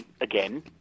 again